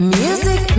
music